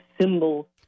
symbol